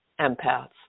empaths